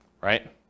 right